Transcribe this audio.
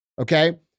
Okay